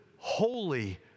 holy